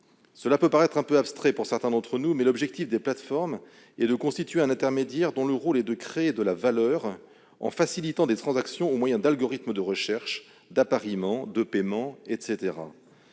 Cela peut paraître un peu abstrait pour certains d'entre nous, mais l'objectif des plateformes est de constituer un intermédiaire dont le rôle est de créer de la valeur en facilitant des transactions au moyen d'algorithmes de recherche, d'appariement, de paiement, etc.,